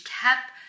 kept